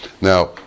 Now